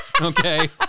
Okay